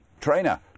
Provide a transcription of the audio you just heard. trainer